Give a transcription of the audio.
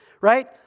Right